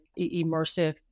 immersive